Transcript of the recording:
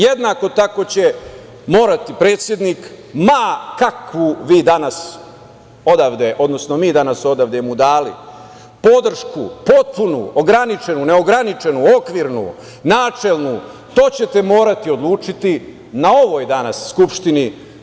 Jednako tako će morati predsednik, ma kakvu mu mi dana odavde dali podršku, potpunu, ograničenu, neograničenu, okvirnu, načelnu, to ćete morati odlučiti na ovoj danas Skupštini.